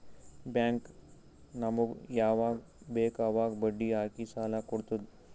bank ನಮುಗ್ ಯವಾಗ್ ಬೇಕ್ ಅವಾಗ್ ಬಡ್ಡಿ ಹಾಕಿ ಸಾಲ ಕೊಡ್ತುದ್